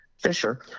Fisher